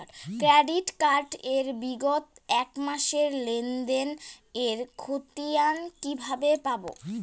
Credit card এর বিগত এক মাসের লেনদেন এর ক্ষতিয়ান কি কিভাবে পাব?